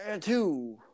two